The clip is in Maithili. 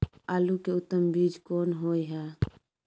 आलू के उत्तम बीज कोन होय है?